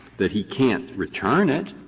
that he can't return it,